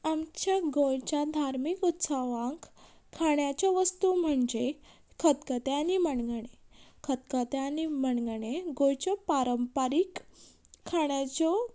आमच्या गोंयच्या धार्मीक उत्सवांक खाण्याच्यो वस्तू म्हणजे खतखतें आनी मणगणें खतखतें आनी मणगणें गोंयच्यो पारंपारीक खाणाच्यो